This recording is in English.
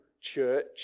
church